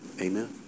Amen